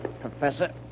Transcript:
Professor